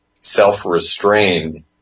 Self-restrained